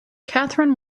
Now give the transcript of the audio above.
catherine